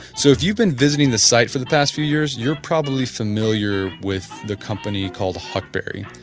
so if you've been visiting the site for the past few years, you're probably familiar with the company called huckberry.